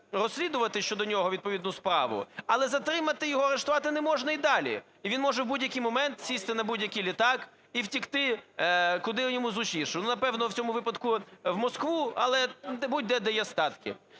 розслідувати щодо нього відповідну справу, але затримати його і арештувати не можна і далі, і він може в будь-який момент сісти на будь-який літак і втекти куди йому зручніше. Ну, напевно, в цьому випадку в Москву, але будь-де, де є статки.